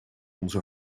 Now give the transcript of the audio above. onze